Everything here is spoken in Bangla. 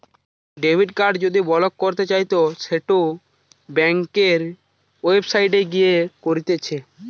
ডেবিট কার্ড যদি ব্লক করতে চাইতো সেটো ব্যাংকের ওয়েবসাইটে গিয়ে করতিছে